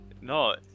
No